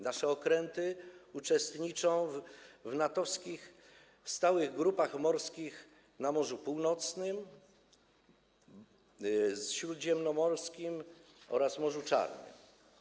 Nasze okręty uczestniczą w NATO-owskich stałych grupach morskich na Morzu Północnym, Morzu Śródziemnym oraz Morzu Czarnym.